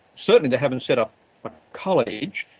certainly they haven't set up a college.